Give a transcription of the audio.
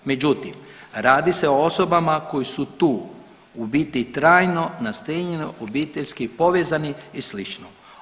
Međutim, radi se o osobama koje su tu u biti trajno nastanjene, obiteljski povezani i slično.